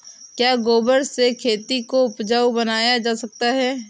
क्या गोबर से खेती को उपजाउ बनाया जा सकता है?